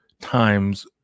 times